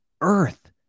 earth